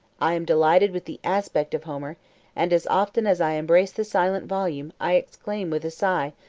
i am delighted with the aspect of homer and as often as i embrace the silent volume, i exclaim with a sigh,